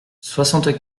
soixante